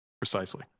Precisely